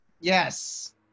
Yes